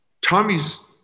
Tommy's